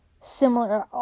similar